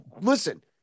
listen